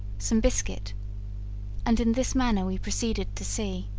some biscuit and in this manner we proceeded to sea.